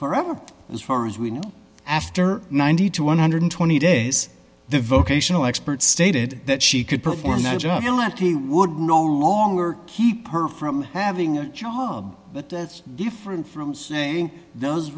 forever as far as we know after ninety to one hundred and twenty days the vocational expert stated that she could perform the job you likely would no longer keep her from having a job but that's different from saying those